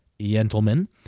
gentlemen